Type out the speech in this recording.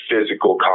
physical